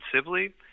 Sibley